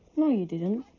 no you didn't.